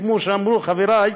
כמו שאמרו חברי,